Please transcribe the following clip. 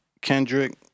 Kendrick